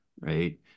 right